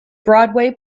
broadway